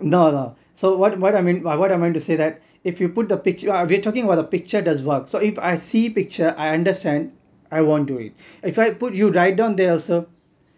no no so what what I mean what I want to to say that if you put the picture uh we talking about the picture does work so if I see picture I understand I won't do it if I put you write down there also